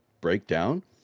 breakdown